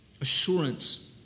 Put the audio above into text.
assurance